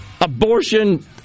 Abortion